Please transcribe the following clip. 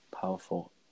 Powerful